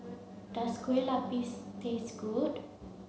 does Kueh Lapis taste good